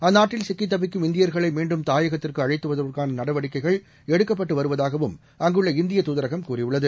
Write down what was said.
அந்நாட்டில் சிக்கித்தவிக்கும் இந்தியர்களைமீண்டும் தாயகத்திற்குஅழைத்துவருவதற்கானநடவடிக்கைகள் எடுக்கப்பட்டுவருவதாகவும் அங்குள்ள இந்திய தூதரகம் கூறியுள்ளது